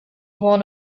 won